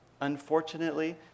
Unfortunately